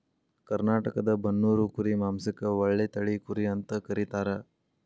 ಕರ್ನಾಟಕದ ಬನ್ನೂರು ಕುರಿ ಮಾಂಸಕ್ಕ ಒಳ್ಳೆ ತಳಿ ಕುರಿ ಅಂತ ಕರೇತಾರ